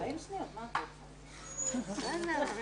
הישיבה ננעלה